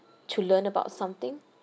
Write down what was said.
to learn about something